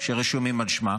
שרשומים על שמה,